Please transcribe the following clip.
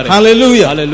Hallelujah